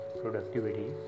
productivity